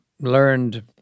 learned